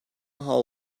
how